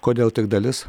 kodėl tik dalis